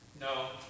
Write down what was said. No